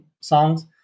songs